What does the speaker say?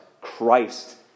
Christ